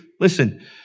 listen